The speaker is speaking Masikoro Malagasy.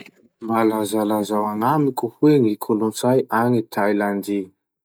Mba lazalazao agnamiko hoe ny kolotsay agny Tailandy?